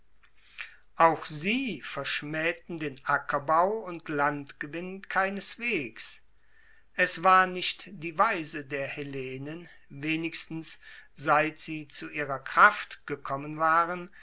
auch sie verschmaehten den ackerbau und landgewinn keineswegs es war nicht die weise der hellenen wenigstens seit sie zu ihrer kraft gekommen waren